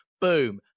Boom